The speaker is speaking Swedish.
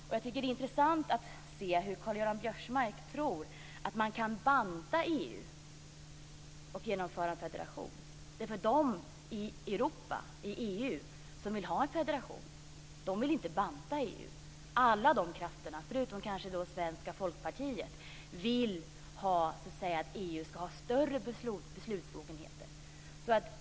Jag tycker att det är intressant att Karl-Göran Biörsmark tror att man kan banta EU och genomföra en federation. De i Europa och i EU som vill ha en federation vill inte banta EU. Alla de krafterna - förutom kanske svenska Folkpartiet - vill att EU ska ha större beslutsbefogenheter.